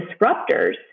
disruptors